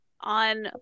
on